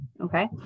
okay